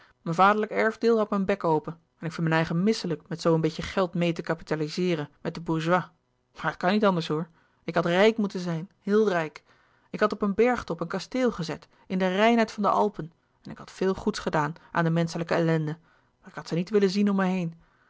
mijn vaderlijk erfdeel houdt mijn bek open en ik vind mijn eigen misselijk met zoo een beetje geld meê te kapitalizeeren met de bourgeois maar het kan niet anders hoor ik had rijk moeten zijn heel rijk ik had op een bergtop een kasteel gezet in de reinheid van de alpen en ik had veel goeds gedaan aan de menschelijke ellende maar ik had ze niet willen zien om me heen